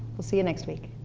we'll see you next week.